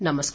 नमस्कार